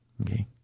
Okay